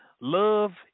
love